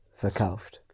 verkauft